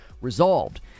resolved